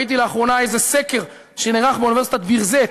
ראיתי לאחרונה איזה סקר שנערך באוניברסיטת ביר-זית